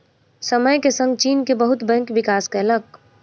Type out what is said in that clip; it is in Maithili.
समय के संग चीन के बहुत बैंक विकास केलक